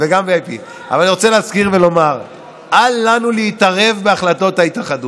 גם VIP. אבל אני רוצה להזכיר ולומר: אל לנו להתערב בהחלטות ההתאחדות.